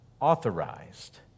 authorized